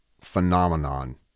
phenomenon